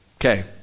Okay